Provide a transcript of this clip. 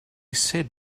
said